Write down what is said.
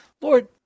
Lord